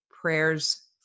prayers